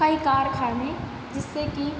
कई कारखाने जिससे कि